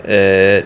at